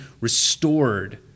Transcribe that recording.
restored